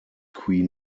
queen